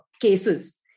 cases